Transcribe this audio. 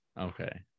Okay